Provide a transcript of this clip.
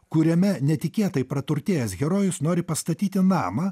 kuriame netikėtai praturtėjęs herojus nori pastatyti namą